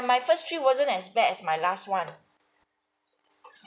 my first three wasn't as bad as my last one